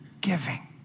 giving